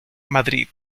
madrid